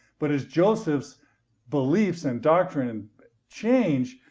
but, as joseph's beliefs and doctrine changed,